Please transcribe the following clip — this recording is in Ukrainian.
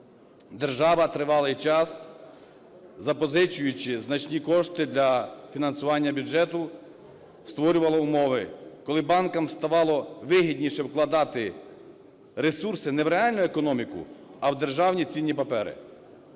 Держава тривалий час, запозичуючи значні кошти для фінансування бюджету, створювала умови, коли банкам ставало вигідніше вкладати ресурси не в реальну економіку, а в державні цінні папери.